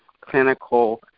clinical